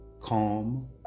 Calm